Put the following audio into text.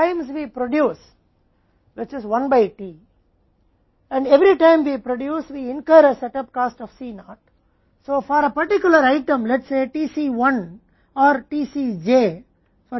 इसलिए सेट की गई लागत कई बार हम पैदा करते हैं जो कि 1 t है और हर बार जब हम उत्पादन करते हैं तो हम C naught की सेटअप लागत लगाते हैं